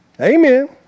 Amen